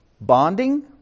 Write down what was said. Bonding